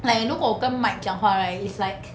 like 如果我跟 mike 讲话 right it's like